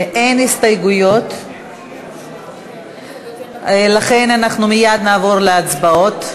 אין הסתייגויות, לכן אנחנו מייד נעבור להצבעות.